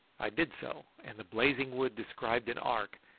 i did so, and the blazing wood described an arc,